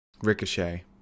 Ricochet